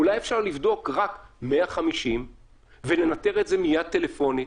אולי אפשר לבדוק רק 150 ולנטר את זה מייד טלפונית?